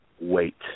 wait